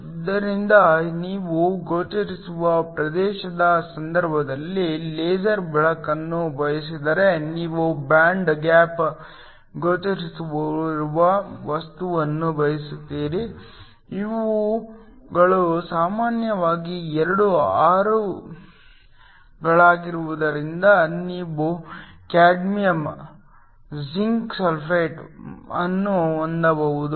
ಆದ್ದರಿಂದ ನೀವು ಗೋಚರಿಸುವ ಪ್ರದೇಶದ ಸಂದರ್ಭದಲ್ಲಿ ಲೇಸರ್ ಬೆಳಕನ್ನು ಬಯಸಿದರೆ ನೀವು ಬ್ಯಾಂಡ್ ಗ್ಯಾಪ್ ಗೋಚರಿಸುವಲ್ಲಿರುವ ವಸ್ತುವನ್ನು ಬಯಸುತ್ತೀರಿ ಇವುಗಳು ಸಾಮಾನ್ಯವಾಗಿ ಎರಡು 6 ಗಳಾಗಿರುವುದರಿಂದ ನೀವು ಕ್ಯಾಡ್ಮಿಯಮ್ ಜಿಂಕ್ ಸಲ್ಫೇಟ್ ಅನ್ನು ಹೊಂದಬಹುದು